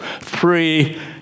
Three